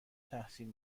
تحصیل